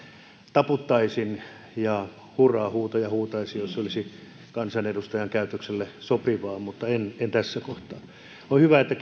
taputtaisin ja hurraa huutoja huutaisin jos se olisi kansanedustajan käytökselle sopivaa mutta en tee niin tässä kohtaa on hyvä että